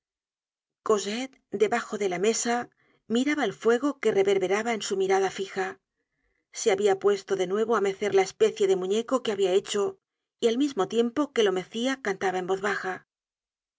cosette debajo de la mesa miraba el fuego que reverberaba en su mirada fija se habia puesto de nuevo á mecer la especie de muñeco que habia hecho y al mismo tiempo que lo mecia cantaba en voz baja